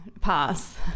pass